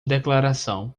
declaração